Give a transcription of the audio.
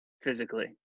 physically